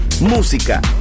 música